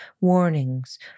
warnings